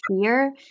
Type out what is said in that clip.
fear